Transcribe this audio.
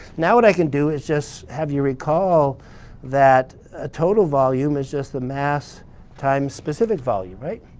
now what i can do is just have you recall that ah total volume is just the mass times specific volume, right?